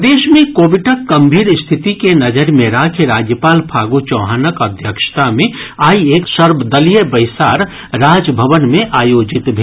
प्रदेश मे कोविडक गम्भीर स्थिति के नजरि मे राखि राज्यपाल फागू चौहानक अध्यक्षता मे आइ एक सर्वदलीय बैसार राजभवन मे आयोजित भेल